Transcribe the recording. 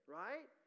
right